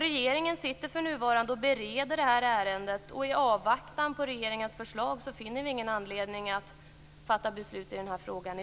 Regeringen bereder för närvarande detta ärende, och i avvaktan på regeringens förslag finner utskottsmajoriteten ingen anledning att i dag fatta beslut i frågan.